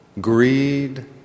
greed